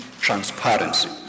transparency